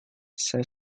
saya